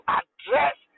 address